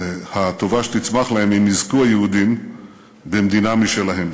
הטובה שתצמח להם אם יזכו היהודים במדינה משלהם.